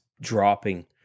dropping